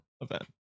event